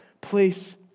place